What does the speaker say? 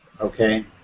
Okay